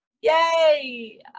Yay